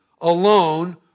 alone